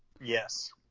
Yes